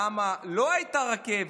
למה לא הייתה רכבת?